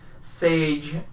Sage